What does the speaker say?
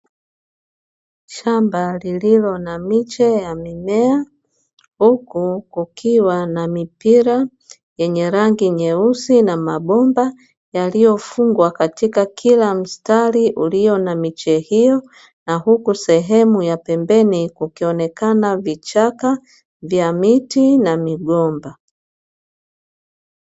Shamba lililo na miche ya mimea, huku kukiwa na mipira yenye rangi nyeusi na mabomba yaliyofungwa katika kila mstari ulio na miche hiyo, na huku sehemu ya pembeni kukionekana vichaka vya miti na migomba.